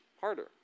harder